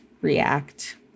React